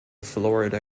florida